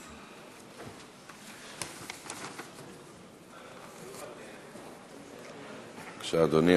בבקשה, אדוני.